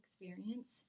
experience